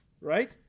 right